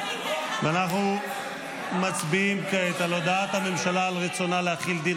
אנחנו מצביעים כעת על הודעת הממשלה על רצונה להחיל דין